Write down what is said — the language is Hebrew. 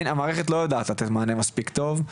המערכת לא יודעת לתת מענה מספיק טוב.